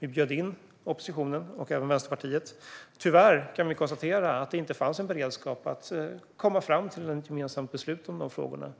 Vi bjöd in oppositionen och även Vänsterpartiet. Tyvärr kan vi konstatera att det inte fanns någon beredskap att komma fram till ett gemensamt beslut om dessa frågor.